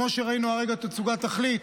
כמו שראינו הרגע תצוגת תכלית,